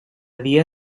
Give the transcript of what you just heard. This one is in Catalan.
dia